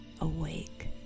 awake